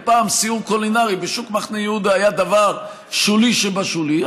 אם פעם סיור קולינרי בשוק מחנה יהודה היה דבר שולי שבשולי,